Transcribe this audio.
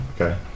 Okay